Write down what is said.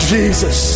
Jesus